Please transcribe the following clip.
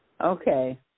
Okay